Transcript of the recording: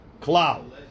cloud